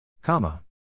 Comma